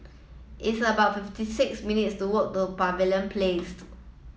it's about fifty six minutes' walk to Pavilion Place